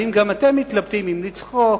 ואם גם אתם מתלבטים אם לצחוק